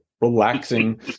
relaxing